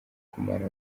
kumara